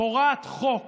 פורעת חוק